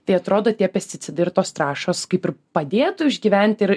tai atrodo tie pesticidai ir tos trąšos kaip ir padėtų išgyventi ir